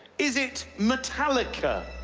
is it metallica?